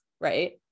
right